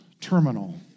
terminal